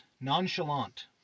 nonchalant